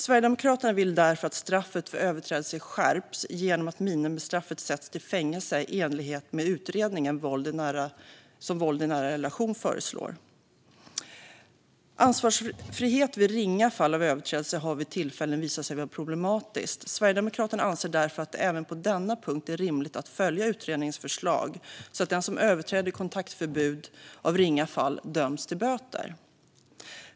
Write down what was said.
Sverigedemokraterna vill därför att straffet för överträdelse skärps genom att minimistraffet sätts till fängelse, i enlighet med vad utredningen Våld i nära relationer föreslår. Ansvarsfrihet vid ringa fall av överträdelse har vid tillfällen visat sig vara problematiskt. Sverigedemokraterna anser därför att det även på denna punkt är rimligt att följa utredningens förslag så att den som överträder ett kontaktförbud av ringa fall döms till böter.